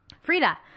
Frida